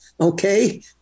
okay